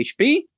HP